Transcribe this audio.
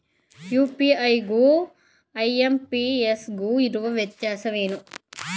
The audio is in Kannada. ಯು.ಪಿ.ಐ ಗು ಐ.ಎಂ.ಪಿ.ಎಸ್ ಗು ಇರುವ ವ್ಯತ್ಯಾಸವೇನು?